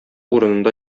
урынында